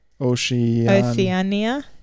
Oceania